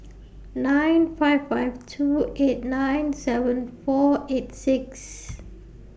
nine five five two eight nine seven four eight six